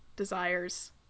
desires